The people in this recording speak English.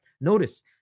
notice